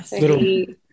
little